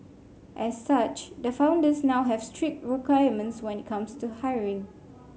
as such the founders now have strict requirements when it comes to hiring